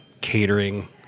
Catering